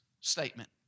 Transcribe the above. statement